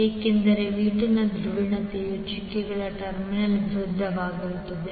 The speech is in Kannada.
ಏಕೆಂದರೆ v2 ನ ಧ್ರುವೀಯತೆಯು ಚುಕ್ಕೆಗಳ ಟರ್ಮಿನಲ್ ವಿರುದ್ಧವಾಗಿರುತ್ತದೆ